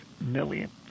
million